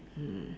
mm